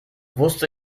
wusste